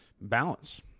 balance